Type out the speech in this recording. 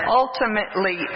ultimately